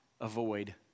avoid